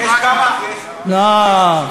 נעשה כל מאמץ.